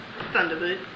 Thunderbird